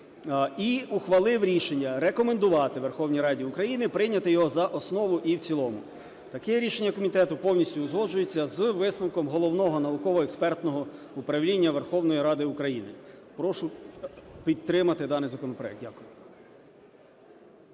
і ухвалив рішення рекомендувати Верховній Раді України прийняти його за основу і в цілому. Таке рішення комітету повністю узгоджується з висновком Головного науково-експертного управління Верховної Ради України. Прошу підтримати даний законопроект. Дякую.